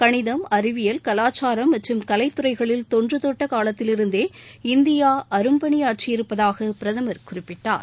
கணிதம் அறிவியல் கலாச்சாரம் மற்றும் கலை துறைகளில் தொன்றுதொட்ட காலத்திலிருந்தே இந்தியா அரும்பணியாற்றியிருப்பதாக அவர் குறிப்பிட்டார்